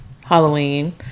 Halloween